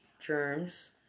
germs